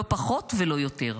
לא פחות ולא יותר.